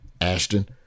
Ashton